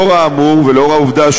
לאור האמור ולנוכח העובדה,